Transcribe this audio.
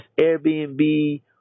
Airbnb